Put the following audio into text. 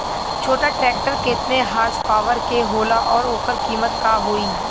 छोटा ट्रेक्टर केतने हॉर्सपावर के होला और ओकर कीमत का होई?